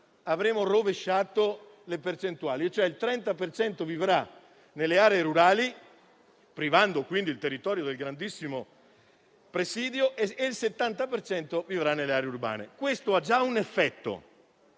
avremo rovesciato le percentuali, cioè il 30 per cento vivrà nelle aree rurali, privando quindi il territorio di un grandissimo presidio, e il 70 per cento vivrà nelle aree urbane. Questo ha già un effetto,